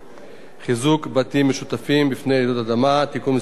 (חיזוק בתים משותפים מפני רעידות אדמה) (תיקון מס' 2),